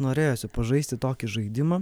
norėjosi pažaisti tokį žaidimą